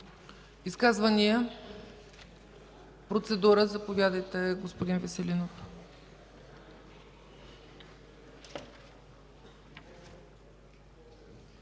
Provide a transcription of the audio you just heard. Изказвания? Процедура – заповядайте, господин Веселинов.